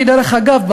דרך אגב,